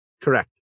Correct